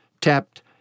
tapped